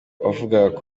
wavugaga